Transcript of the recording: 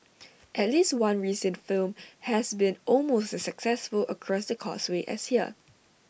at least one recent film has been almost successful across the causeway as here